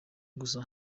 gusa